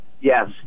Yes